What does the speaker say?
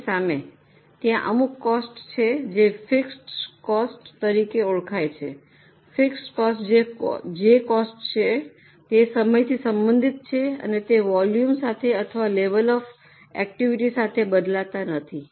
આની સામે ત્યાં અમુક કોસ્ટ છે જે ફિક્સડ કોસ્ટ તરીકે ઓળખાય છે ફિક્સડ કોસ્ટ જે કોસ્ટ છે જે સમયથી સંબંધિત છે અને તે વોલ્યુમ સાથે અથવા લેવલ ઓફ આટીવીટી સાથે બદલાતા નથી